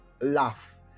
laugh